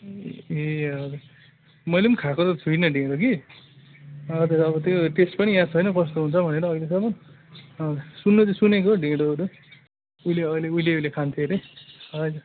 ए हजुर मैले पनि खाएको त छुइनँ ढिँडो कि हजुर अब त्यो टेस्ट पनि याद छैन कस्तो हुन्छ भनेर अहिलेसम्म हजुर सुन्न त सुनेको ढिँडोहरू उहिले अहिले उहिले उहिले खान्थ्यो अरे